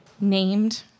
named